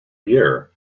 year